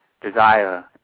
desire